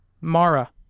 Mara